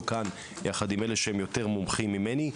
כאן יחד עם אלו שהם יותר מומחים ממני.